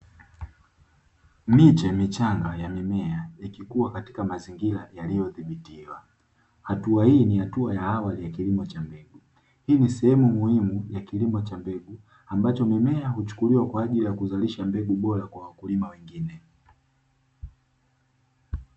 Miche michanga ya mimea ikikua katika mazingira yaliyo dhibitiwa, hatua hii ni hatua ya awali ya kilimo cha mbegu, hii ni sehemu muhimu ya kilimo cha mbegu, ambacho mimea huchukuliwa kwa ajili ya kuzalisha mbegu bora kwa wakulima wengine.